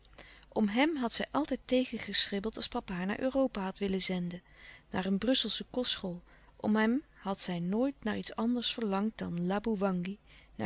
om hem had zij altijd tegengestribbeld als papa haar naar europa had willen zenden naar een brusselsche kostschool om hem had zij nooit naar iets anders verlangd dan